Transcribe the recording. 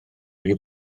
rhy